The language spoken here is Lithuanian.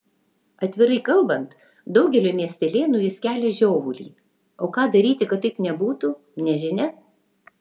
atvirai kalbant daugeliui miestelėnų jis kelia žiovulį o ką daryti kad taip nebūtų nežinia